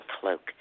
cloak